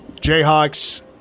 Jayhawks